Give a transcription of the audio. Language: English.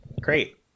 great